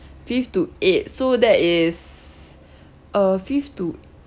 fifth to eighth so that is uh fifth to